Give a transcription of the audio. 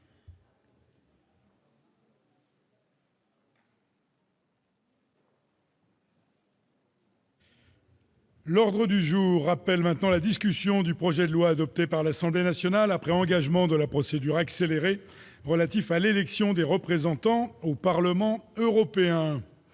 règlement. Nous reprenons la discussion du projet de loi, adopté par l'Assemblée nationale après engagement de la procédure accélérée, relatif à l'élection des représentants au Parlement européen.